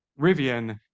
Rivian